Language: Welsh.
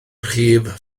rhif